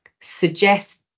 suggest